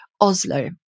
Oslo